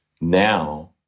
now